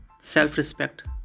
self-respect